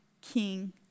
King